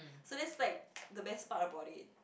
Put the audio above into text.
so that's like the best part about it